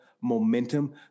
momentum